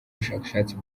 bushakashatsi